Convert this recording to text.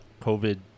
COVID